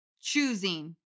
choosing